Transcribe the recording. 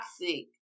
toxic